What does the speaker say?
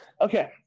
Okay